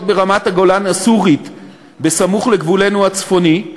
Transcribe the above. ברמת-הגולן הסורית בסמוך לגבולנו הצפוני,